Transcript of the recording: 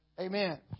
Amen